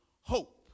hope